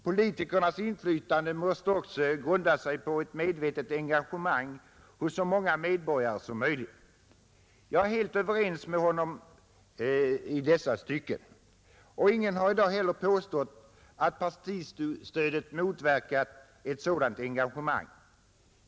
Politikernas inflytande måste också grunda sig på ett medvetet engagemang hos så många medborgare som möjligt.” Jag är helt överens med herr Wedén i dessa stycken, och ingen har i dag heller påstått att partistödet motverkar ett sådant engagemang.